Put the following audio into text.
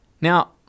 now